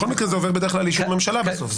בכל מקרה זה עובר בדרך כלל אישור ממשלה בסוף,